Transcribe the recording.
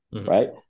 right